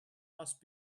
must